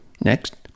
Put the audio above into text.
Next